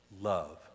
love